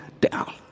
down